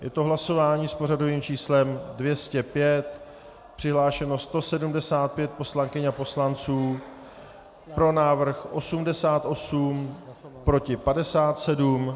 Je to hlasování s pořadovým číslem 205, přihlášeno 175 poslankyň a poslanců, pro návrh 88, proti 57.